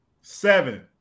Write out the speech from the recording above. Seven